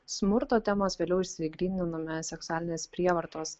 smurto temos vėliau išsigryninome seksualinės prievartos